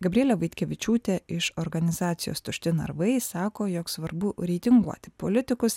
gabrielė vaitkevičiūtė iš organizacijos tušti narvai sako jog svarbu reitinguoti politikus